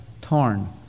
torn